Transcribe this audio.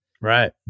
Right